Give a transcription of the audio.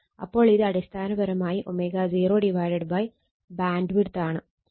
അപ്പോൾ ഇത് അടിസ്ഥാനപരമായി W0 BW ബാൻഡ്വിഡ്ത്ത് ആണ്